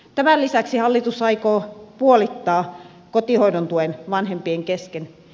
tämän lisäksi hallitus aikoo puolittaa kotihoidon tuen vanhempien kesken